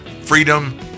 freedom